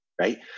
right